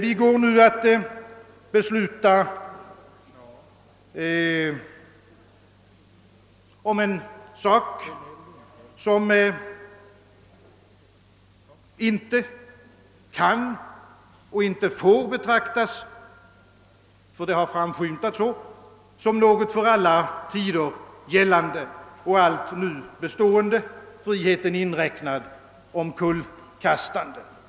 Vi går nu att besluta om en sak som inte kan och inte får betraktas — jag säger detta därför att den aspekten framskymtat — som något för alla tider gällande och allt nu bestående, friheten inräknad, omkullkastande.